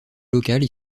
locales